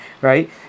Right